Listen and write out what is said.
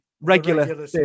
Regular